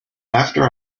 after